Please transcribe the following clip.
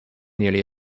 nearly